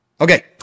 Okay